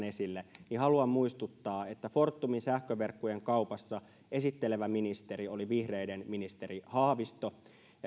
esille haluan muistuttaa että fortumin sähköverkkojen kaupassa esittelevä ministeri oli vihreiden ministeri haavisto